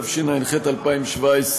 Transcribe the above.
התשע"ח 2017,